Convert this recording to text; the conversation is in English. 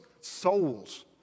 souls